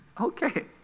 okay